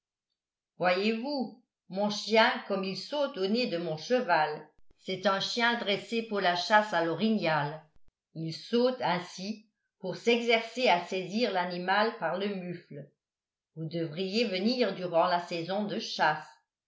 voyez-vous mon chien comme il saute au nez de mon cheval c'est un chien dressé pour la chasse à l'orignal il saute ainsi pour s'exercer à saisir l'animal par le mufle vous devriez venir durant la saison de chasse